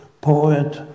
poet